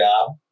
job